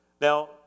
Now